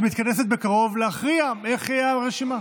שמתכנסת בקרוב להכריע איך תהיה הרשימה?